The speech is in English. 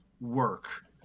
work